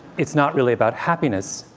it's not really about happiness.